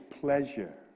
pleasure